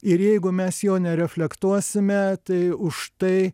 ir jeigu mes jo nereflektuosime tai už tai